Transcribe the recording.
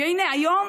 והינה היום,